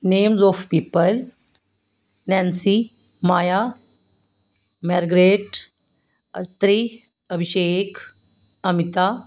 names of people Nancy Maya Margaret Attri Abhishek Amita